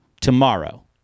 tomorrow